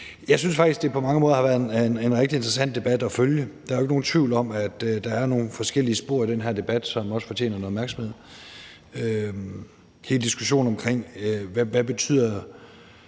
Jeg synes faktisk, at det på mange måder har været en rigtig interessant debat at følge. Der er jo ikke nogen tvivl om, at der er nogle forskellige spor i den her debat, som også fortjener noget opmærksomhed – hele diskussionen omkring, hvad det betyder